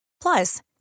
Plus